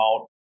out